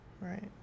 right